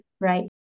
right